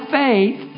faith